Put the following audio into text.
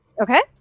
Okay